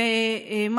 נא לסיים.